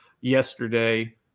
yesterday